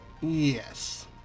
Yes